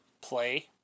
play